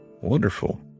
Wonderful